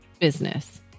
business